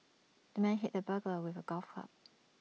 the man hit the burglar with A golf club